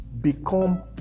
become